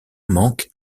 manque